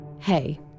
Hey